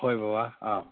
ꯍꯣꯏ ꯕꯕꯥ ꯑꯥ